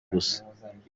gusa